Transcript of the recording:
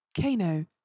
Kano